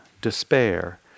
despair